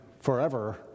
forever